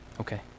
Okay